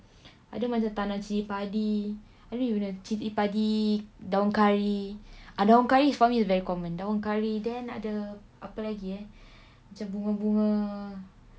ada macam tanam cili padi habis you nak cili padi daun kari daun kari for me it's very common daun kari then ada apa lagi eh macam bunga-bunga